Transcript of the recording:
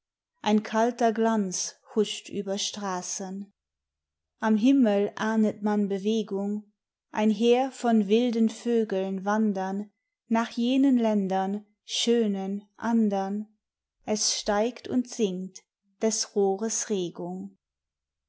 ein kalter glanz huscht über straßen am himmel ahnet man bewegung ein heer von wilden vögeln wandern nach jenen ländern schönen andern es steigt und sinkt des rohres regung